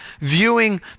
viewing